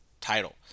title